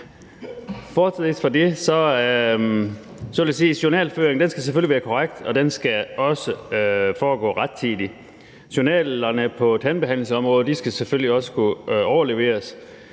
bortset fra det vil jeg sige, at journalføringen selvfølgelig skal være korrekt, og den skal også foregå rettidigt. Journalerne på tandbehandlingsområdet skal selvfølgelig også kunne overleveres,